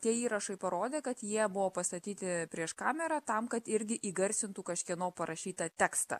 tie įrašai parodė kad jie buvo pastatyti prieš kamerą tam kad irgi įgarsintų kažkieno parašytą tekstą